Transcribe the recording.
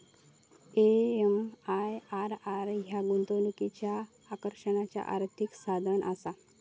MIRR ह्या गुंतवणुकीच्या आकर्षणाचा आर्थिक साधनआसा